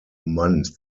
months